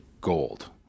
gold